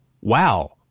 Wow